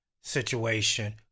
situation